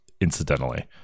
incidentally